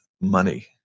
money